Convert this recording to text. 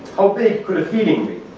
how big could a feeding be?